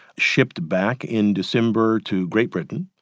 shipped back in december to great britain,